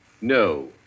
No